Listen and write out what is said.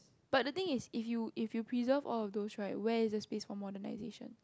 but the thing is if you if you preserve all of those right where is the space for modernization